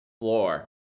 floor